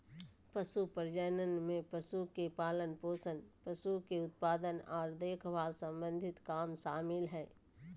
पशु प्रजनन में पशु के पालनपोषण, पशु के उत्पादन आर देखभाल सम्बंधी काम शामिल हय